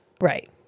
Right